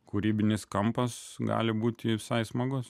kūrybinis kampas gali būti visai smagus